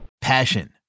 Passion